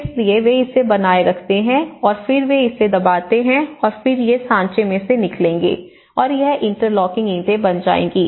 इसलिए वे इसे बनाए रखते हैं और फिर वे इसे दबाते हैं और फिर ये साँचे में से निकलेंगे और यह इंटरलॉकिंग ईंटें बन जाएंगी